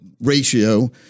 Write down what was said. ratio